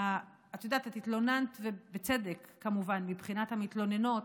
את התלוננת, ובצדק, כמובן, מבחינת המתלוננות,